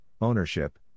ownership